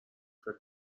فکر